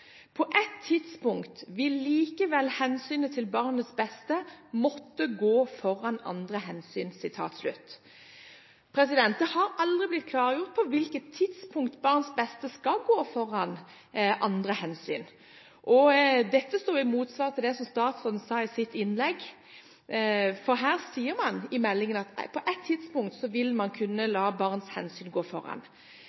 På et tidspunkt vil likevel hensynet til barnets beste måtte gå foran andre hensyn.» Det har aldri blitt klargjort på hvilket tidspunkt barns beste skal gå foran andre hensyn. Dette står i motstrid til det som statsråden sa i sitt innlegg. For her sier man i meldingen at på et tidspunkt vil man kunne